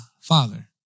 Father